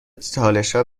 چالشها